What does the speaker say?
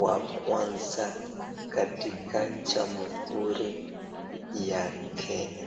wa kwanza katika Jamhuri ya Kenya.